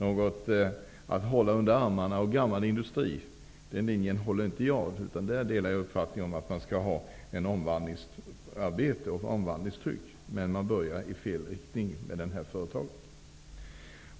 Jag hävdar inte att man skall hålla gammal industri under armarna -- jag delar uppfattningen att man skall ha ett omvandlingstryck. Men jag anser att man börjar i fel ände när man börjar med det här företaget.